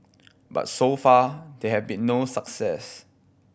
but so far there has been no success